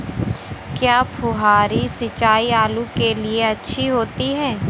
क्या फुहारी सिंचाई आलू के लिए अच्छी होती है?